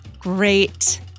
great